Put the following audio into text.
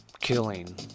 killing